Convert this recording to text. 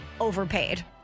overpaid